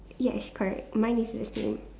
ya it's correct mine is the same